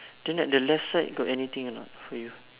then the left side got anything or not for you